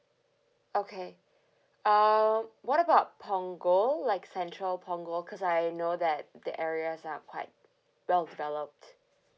okay um what about punggol like central punggol cause I know that the areas are quite well developed